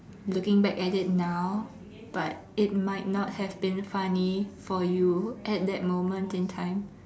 looking back at it now but it might not have been funny for you at that moment in time